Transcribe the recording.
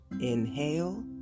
Inhale